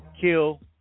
kill